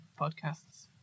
podcasts